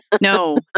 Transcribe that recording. No